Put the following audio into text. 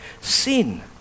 sin